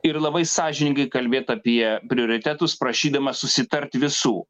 ir labai sąžiningai kalbėt apie prioritetus prašydama susitart visų